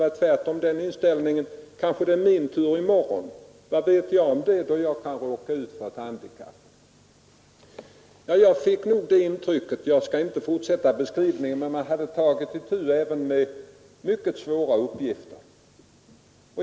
Tvärtom hade de den inställningen att det kanske är min tur i morgon — vad vet jag om när jag kan råka ut för ett handikapp? Jag skall inte fortsätta denna beskrivning, men jag fick ett intryck av att man tagit itu även med mycket svåra uppgifter.